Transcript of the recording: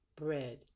Bread